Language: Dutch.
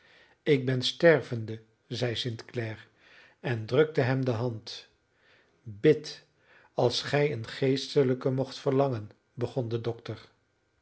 ik ben stervende zeide st clare en drukte hem de hand bid als gij een geestelijke mocht verlangen begon de dokter